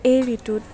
এই ঋতুত